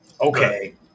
Okay